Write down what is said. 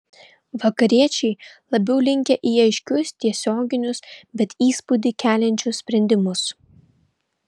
vakariečiai labiau linkę į aiškius tiesioginius bet įspūdį keliančius sprendimus